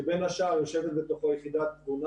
שבין השאר יושבת בתוכו יחידת תבונה